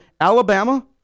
Alabama